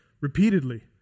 repeatedly